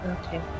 Okay